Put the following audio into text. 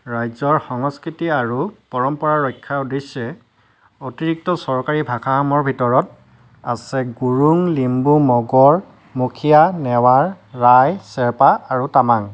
ৰাজ্যৰ সংস্কৃতি আৰু পৰম্পৰা ৰক্ষাৰ উদ্দেশ্যে অতিৰিক্ত চৰকাৰী ভাষাসমূহৰ ভিতৰত আছে গুৰুং লিম্বু মগৰ মুখীয়া নেৱাৰ ৰায় শ্বেৰপা আৰু তামাং